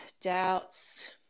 doubts